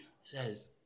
says